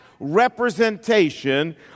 representation